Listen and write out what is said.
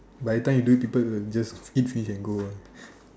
by the time you do it people will just eat finish and go ah